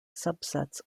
subsets